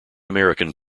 american